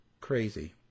Crazy